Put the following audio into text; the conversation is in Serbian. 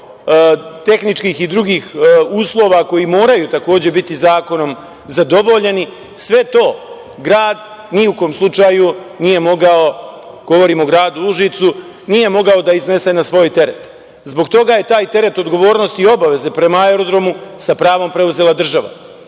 tehničkih i drugih uslova, koji moraju takođe biti zakonom zadovoljeni. Sve to grad, ni u kom slučaju nije mogao, govorim o gradu Užicu, nije mogao da iznese na svoj teret, zbog toga je taj teret odgovornosti i obaveze prema aerodromu sa pravom preuzela država. Ono